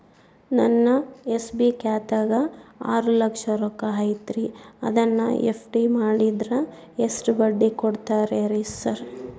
ನನ್ನ ಎಸ್.ಬಿ ಖಾತ್ಯಾಗ ಆರು ಲಕ್ಷ ರೊಕ್ಕ ಐತ್ರಿ ಅದನ್ನ ಎಫ್.ಡಿ ಮಾಡಿದ್ರ ಎಷ್ಟ ಬಡ್ಡಿ ಕೊಡ್ತೇರಿ ಸರ್?